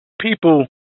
people